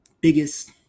biggest